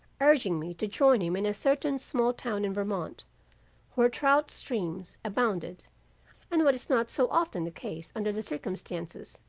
urging me to join him in a certain small town in vermont where trout streams abounded and what is not so often the case under the circumstances,